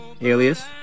alias